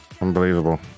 Unbelievable